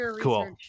cool